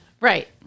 right